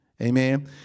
amen